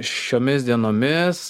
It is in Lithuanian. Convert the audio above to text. šiomis dienomis